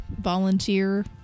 volunteer